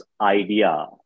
idea